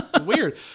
weird